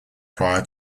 prior